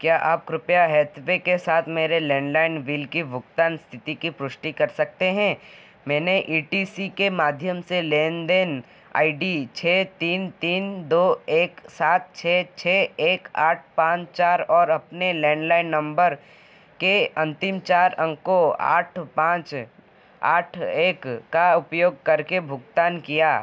क्या आप कृपया हैथवे के साथ मेरे लैंडलाइन बिल की भुगतान स्थिति की पुष्टि कर सकते हैं मैंने ई टी सी के माध्यम से लेन देन आई डी छः तीन तीन दो एक सात छः छः एक आठ पान चार और अपने लैंडलाइन नंबर के अंतिम चार अंकों आठ पाँच आठ एक का उपयोग करके भुगतान किया